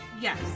Yes